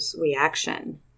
reaction